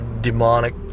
demonic